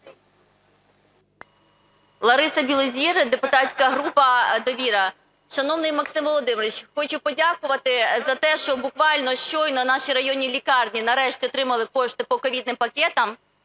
Л.М. Білозір, депутатська група "Довіра". Шановний Максим Володимирович, хочу подякувати за те, що буквально щойно наші районні лікарні нарешті отримали кошти по ковідним пакетам,